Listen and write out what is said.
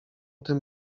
tym